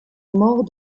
mort